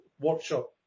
workshop